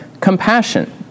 compassion